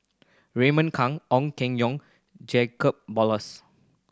Raymond Kang Ong Keng Yong Jacob Ballas